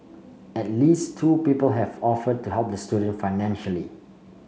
at least two people have offered to help the student financially